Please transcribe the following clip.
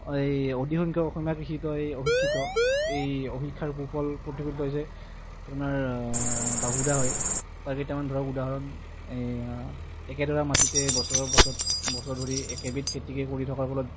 এই অধিকসংখ্যক অসমীয়া কৃষকেই অশিক্ষিত এই অশিক্ষাৰ কুফল প্ৰতিফলিত হৈছে আপোনাৰ বাহুদা হয় তাৰ কেইটামান ধৰক উদাহৰণ এই একেডৰা মাটিতে বছৰ বছৰ বছৰ ধৰি একেবিধ খেতিকে কৰি থকাৰ ফলত